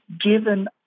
given